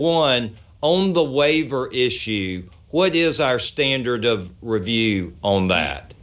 one owned the waiver is she what is our standard of review on